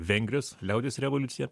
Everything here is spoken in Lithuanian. vengrijos liaudies revoliucija